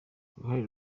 uruhare